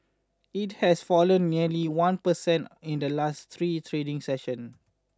it has fallen nearly one per cent in the last three trading sessions